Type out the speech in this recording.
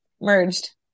merged